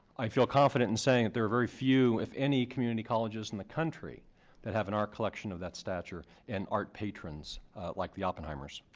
i feel confident in saying that there are very few, if any, community colleges in the country that have an art collection of that stature and art patrons like the oppenheimers.